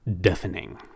deafening